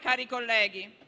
Cari colleghi,